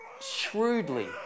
shrewdly